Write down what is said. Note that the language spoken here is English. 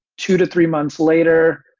two to three months later,